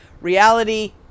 reality